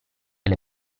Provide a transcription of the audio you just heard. alle